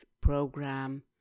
program